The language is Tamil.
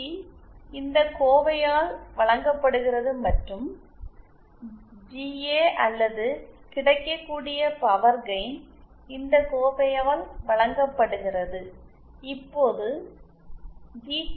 டி இந்த எக்ஸ்பிரேஷனால் வழங்கப்படுகிறது மற்றும் ஜிஏ அல்லது கிடைக்கக்கூடிய பவர் கெயின் இந்த எக்ஸ்பிரேஷனால் வழங்கப்படுகிறது இப்போது ஜி